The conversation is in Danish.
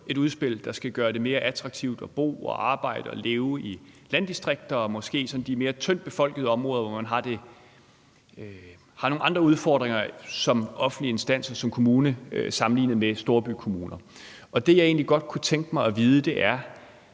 et udspil, der skal gøre det mere attraktivt at bo, arbejde og leve i landdistrikter og måske de sådan mere tyndt befolkede områder, hvor man har nogle andre udfordringer som offentlig instans og som kommune sammenlignet med storbykommuner. Det, jeg egentlig godt kunne tænke mig at vide, er,